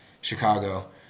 Chicago